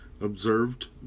observed